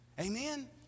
Amen